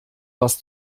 was